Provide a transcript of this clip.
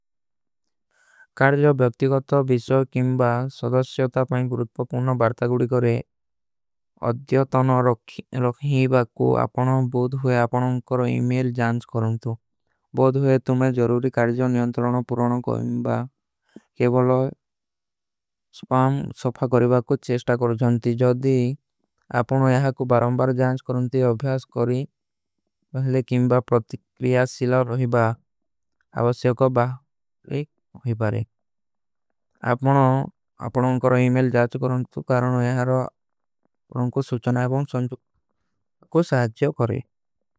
କାର୍ଜୋ ବ୍ଯକ୍ତିଗତ ଵିଶ୍ଵ କେଂବା ସଦସ୍ଯତା ପାଇଂ। ଗୁରୁଟ୍ପ ପୁର୍ଣ ବାର୍ଠାଗୁଡି କରେଂ ଅଧ୍ଯତନ। ରଖ୍ଯୀବା କୁ ଆପନୋଂ। ବୁଧ ହୁଏ ଆପନୋଂ କର ଇମେଲ ଜାନ୍ଜ କରୂଂତୁ।